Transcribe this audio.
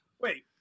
Wait